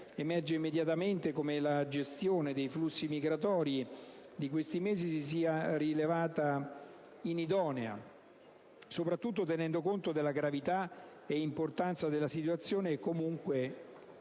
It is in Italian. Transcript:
Emerge immediatamente come la gestione dei flussi migratori di questi mesi si sia rilevata inidonea, soprattutto tenendo conto della gravità e dell'importanza della situazione, e comunque,